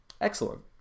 excellent